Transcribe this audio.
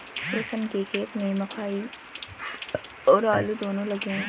रोशन के खेत में मकई और आलू दोनो लगे हैं